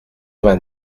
vingt